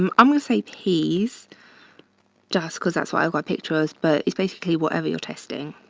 um i'm gonna say peas just because that's why i got pictures but it's basically whatever you're testing.